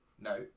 No